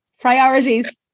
Priorities